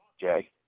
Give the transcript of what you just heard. Jay